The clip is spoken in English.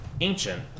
Ancient